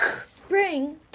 spring